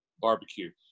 Barbecue